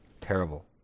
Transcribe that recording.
terrible